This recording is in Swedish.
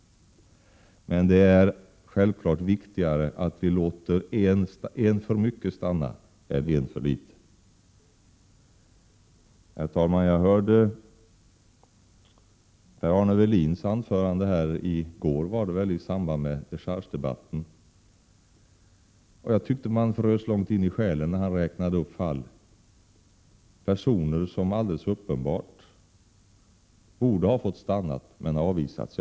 Det är då självfallet viktigare att låta en människa för mycket stanna än en för litet. Herr talman! Jag hörde Kjell-Arne Welins anförande i går i samband med dechargedebatten. Jag frös långt in i själen, då han räknade upp personer som alldeles uppenbart borde ha fått stanna — men avvisats.